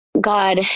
God